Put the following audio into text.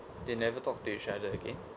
they never talked to each other again